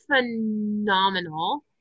phenomenal